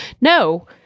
No